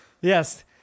Yes